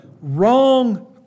wrong